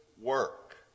work